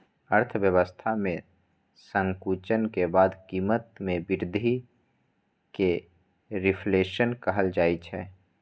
अर्थव्यवस्था मे संकुचन के बाद कीमत मे वृद्धि कें रिफ्लेशन कहल जाइ छै